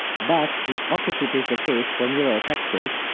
but the opposite is the case for neuraltextures,